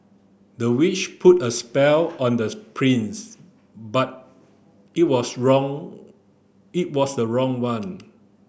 the witch put a spell on this prince but it was wrong it was the wrong one